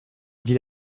dit